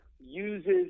uses